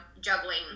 juggling